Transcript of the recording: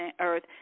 earth